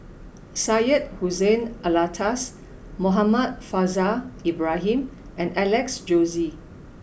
Syed Hussein Alatas Muhammad Faishal Ibrahim and Alex Josey